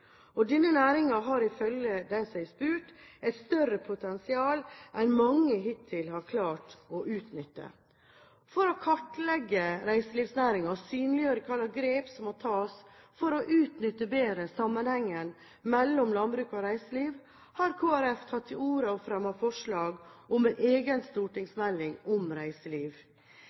Denne næringen har ifølge de som er spurt, et større potensial enn mange hittil har klart å utnytte. For å kartlegge reiselivsnæringen og synliggjøre hvilke grep som må tas for å utnytte bedre sammenhengen mellom landbruk og reiseliv, har Kristelig Folkeparti tatt til orde for og fremmet forslag om en egen stortingsmelding om reiseliv.